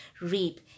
reap